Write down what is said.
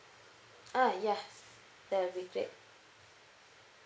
uh yeah that will be great